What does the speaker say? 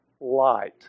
light